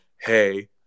hey